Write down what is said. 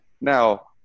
Now